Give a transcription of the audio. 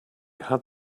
had